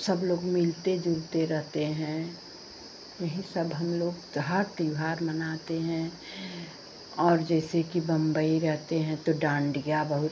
सब लोग मिलते जुलते रहते हैं यही सब हमलोग हर त्योहार मनाते हैं और जैसे कि बम्बई रहते हैं तो डान्डिया बहुत